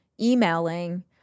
emailing